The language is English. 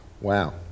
Wow